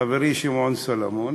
חברי שמעון סולומון